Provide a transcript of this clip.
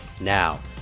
Now